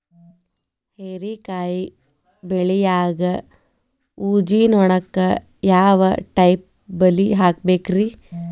ಹೇರಿಕಾಯಿ ಬೆಳಿಯಾಗ ಊಜಿ ನೋಣಕ್ಕ ಯಾವ ಟೈಪ್ ಬಲಿ ಹಾಕಬೇಕ್ರಿ?